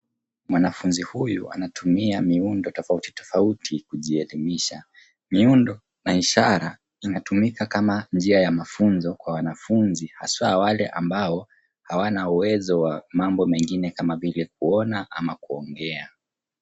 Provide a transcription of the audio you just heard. Mwanafunzi huyu anatumia miundo tofauti tofauti kujielimisha. Miundo na ishara inatumika kama njia ya mafunzo kwa wanafunzi haswa wale ambao hawana uwezo wa mambo mengine kama vile kuona ama kuongea.